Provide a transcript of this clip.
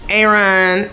Aaron